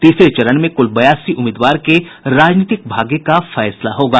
तीसरे चरण में कुल बयासी उम्मीदवार के राजनीतिक भाग्य का फैसला होगा